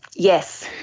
yes,